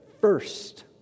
first